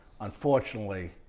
Unfortunately